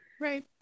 Right